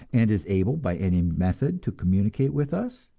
and is able by any method to communicate with us?